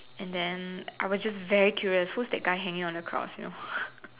and then I was just very curious who is that guy hanging on cross you know